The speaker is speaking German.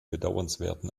bedauernswerten